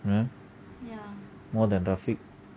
you know more than Rafik